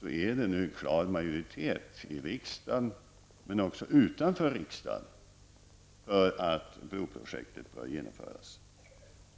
nu en klar majoritet i riksdagen och även utanför riksdagen för att broprojektet bör genomföras.